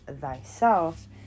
thyself